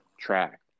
track